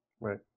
right